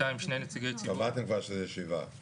שני נציגי ציבור --- קבעתם כבר שזה שבעה.